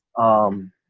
um,